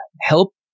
help